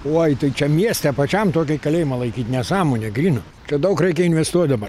uoj tai čia mieste pačiam tokį kalėjimą laikyt nesąmonė gryna čia daug reikia investuot dabar